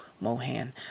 Mohan